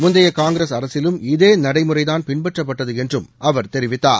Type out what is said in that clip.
முந்தைய காங்கிரஸ் அரசிலும் இதே நடைமுறைதான் பின்பற்றப்பட்டது என்றும் அவர் தெரிவித்தார்